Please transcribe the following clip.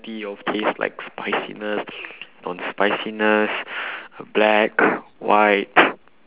~ty of taste like spiciness non spiciness black white